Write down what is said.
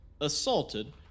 assaulted